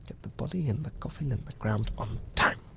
the body in the coffin in the ground on time,